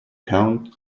count